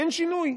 אין שינוי.